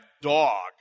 dog